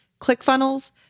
ClickFunnels